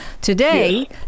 today